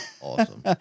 Awesome